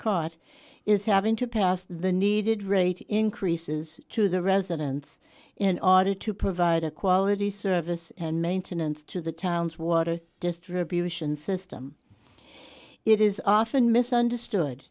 marcotte is having to pass the needed rate increases to the residents in order to provide a quality service and maintenance to the town's water distribution system it is often misunderstood